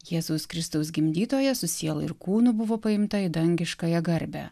jėzaus kristaus gimdytoja su siela ir kūnu buvo paimta į dangiškąją garbę